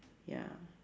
ya